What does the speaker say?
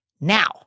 Now